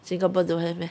singapore don't have meh